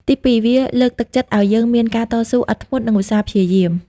ទីពីរ វាលើកទឹកចិត្តឲ្យយើងមានការតស៊ូ អត់ធ្មត់ និងឧស្សាហ៍ព្យាយាម។